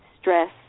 stress